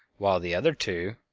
while the other two,